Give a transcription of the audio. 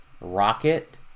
Rocket